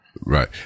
Right